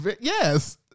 yes